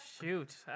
Shoot